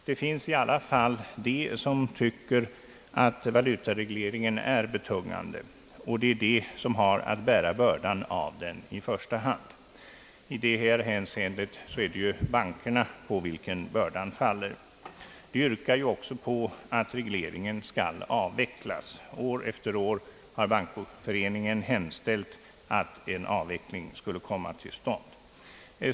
Det finns i alla händelser de som anser att valutaregleringen är betungande, i första hand de som har att bära bördan av den — i detta hänseende är det ju på bankerna bördan faller. De yrkar också på att regleringen skall avvecklas. År efter år har Svenska bankföreningen hemställt att en avveckling skulle komma till stånd.